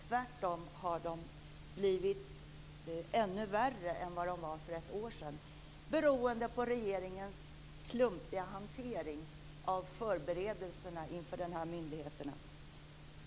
Tvärtom har de blivit ännu värre än vad de var för ett år sedan, beroende på regeringens klumpiga hantering av förberedelserna inför inrättandet av den här myndigheten.